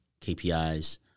KPIs